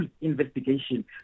investigation